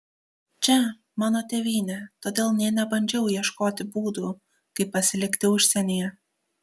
čia mano tėvynė todėl nė nebandžiau ieškoti būdų kaip pasilikti užsienyje